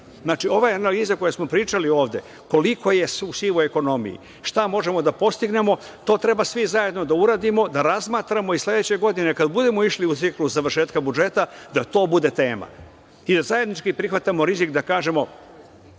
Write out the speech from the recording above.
ove analize o kojima smo pričali ovde, koliko je u sivoj ekonomiji, šta možemo da postignemo, to treba svi zajedno da uradimo, da razmatramo i sledeće godine, kada budemo išli u ciklus završetka budžeta, da to bude tema, jer zajednički prihvatamo rizik da kažemo